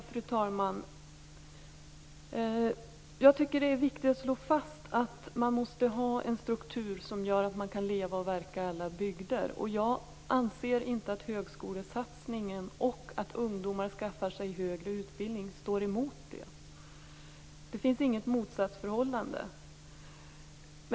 Fru talman! Jag tycker att det är viktigt att slå fast att man måste ha en struktur som gör att man kan leva och verka i alla bygder. Jag anser inte att högskolesatsningen, och det faktum att ungdomar skaffar sig högre utbildning står emot detta. Det finns inget motsatsförhållande.